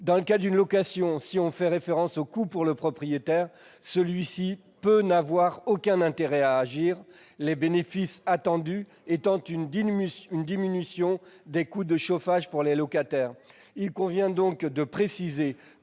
Dans le cas d'une location, si l'on fait référence au coût pour le propriétaire, celui-ci peut n'avoir aucun intérêt à agir, les bénéfices attendus consistant en une diminution des coûts de chauffage pour le locataire. Il convient donc de préciser,